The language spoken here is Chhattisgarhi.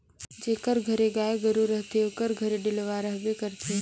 जेकर घरे गाय गरू रहथे ओकर घरे डेलवा रहबे करथे